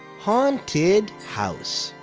haunted house